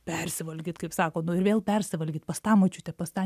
persivalgyt kaip sako nu ir vėl persivalgyt pas tą močiutę pas tą